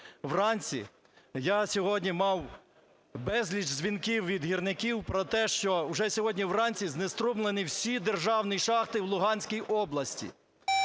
Вранці я сьогодні мав безліч дзвінків від гірників про те, що уже сьогодні вранці знеструмлені всі державні шахти в Луганській області.